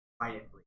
quietly